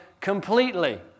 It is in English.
completely